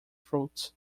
fruits